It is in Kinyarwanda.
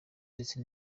ndetse